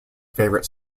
favourite